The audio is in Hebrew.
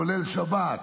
כולל שבת,